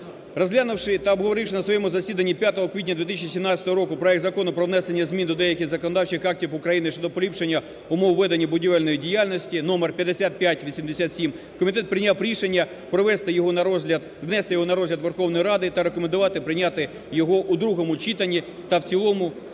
Розглянувши та обговоривши на своєму засіданні 5 квітня 2017 року проект Закону про внесення змін до деяких законодавчих актів України щодо поліпшення умов ведення будівельної діяльності (номер 5587) комітет прийняв рішення провести його на розгляд… внести його на розгляд Верховної Ради та рекомендувати прийняти його в другому читанні та в цілому як